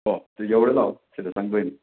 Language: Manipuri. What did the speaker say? ꯑꯣ ꯌꯧꯔꯦ ꯂꯥꯎ ꯁꯤꯗ ꯆꯪꯗꯣꯏꯅꯤ